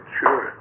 sure